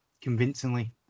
convincingly